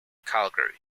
calgary